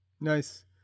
Nice